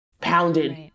pounded